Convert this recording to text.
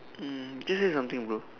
um just say something bro